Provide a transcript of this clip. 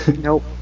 Nope